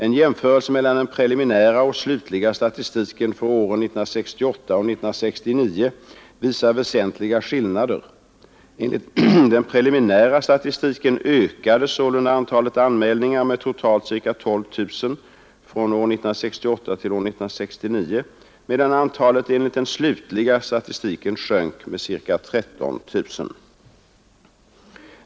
En jämförelse mellan den preliminära och slutliga statistiken för åren 1968 och 1969 visar väsentliga skillnader. Enligt den preliminära statistiken ökade sålunda antalet anmälningar med totalt ca 12 000 från år 1968 till år 1969 medan antalet enligt den slutliga statistiken sjönk med ca 13 000.